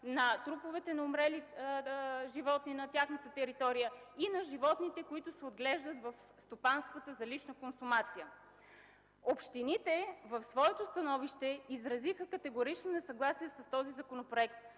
на труповете на умрели животни на тяхната територия и на животните, които се отглеждат в стопанствата за лична консумация. В своето становище общините изразиха категорично несъгласие с този законопроект,